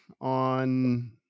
on